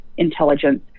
Intelligence